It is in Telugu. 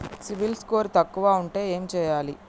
సిబిల్ స్కోరు తక్కువ ఉంటే ఏం చేయాలి?